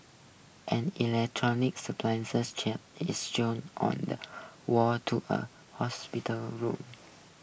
an electronic chan is shown on the wall to a hospital room